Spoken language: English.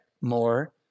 More